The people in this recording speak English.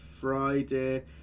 Friday